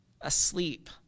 asleep